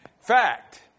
Fact